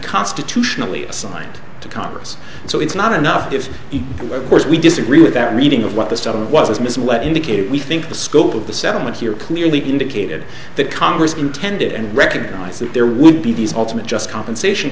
constitutionally assigned to congress so it's not enough if it was we disagree with that reading of what the study was missing let indicate we think the scope of the settlement here clearly indicated that congress intended and recognize that there would be the ultimate just compensation